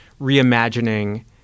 reimagining